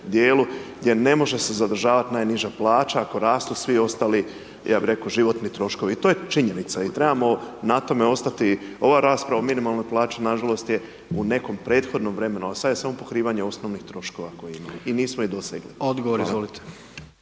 djelu jer ne može se zadržavati najniža plaća ako rastu svi ostali ja bih rekao životni troškovi i to je činjenica. I trebamo na tome ostati. Ova rasprava o minimalnoj plaći nažalost je u nekom prethodnom vremenu a sada je samo pokrivanje osnovnih troškova koje imamo i nismo ih do .../Govornik se